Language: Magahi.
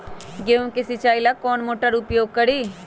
गेंहू के सिंचाई ला कौन मोटर उपयोग करी?